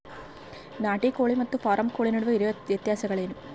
ನಾಟಿ ಕೋಳಿ ಮತ್ತು ಫಾರಂ ಕೋಳಿ ನಡುವೆ ಇರುವ ವ್ಯತ್ಯಾಸಗಳೇನು?